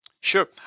Sure